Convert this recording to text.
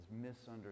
misunderstood